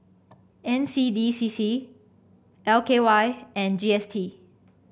N C D C C L K Y and G S T